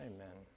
Amen